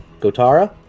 Gotara